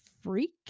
Freak